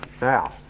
Now